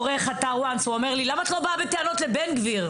עורך אתר "one" אמר לי: למה את לא באה בטענות לבן גביר?